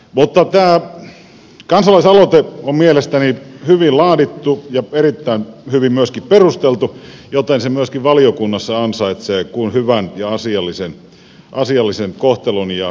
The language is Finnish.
mutta tämä kansalaisaloite on mielestäni hyvin laadittu ja erittäin hyvin myöskin perusteltu joten se myöskin valiokunnassa ansaitsee hyvän ja asiallisen kohtelun ja toiminnan